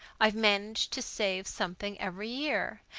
i've managed to save something every year,